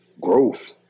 growth